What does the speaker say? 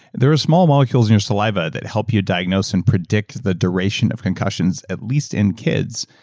there are small molecules in your saliva that help you diagnose and predict the duration of concussions, at least in kids,